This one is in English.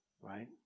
Right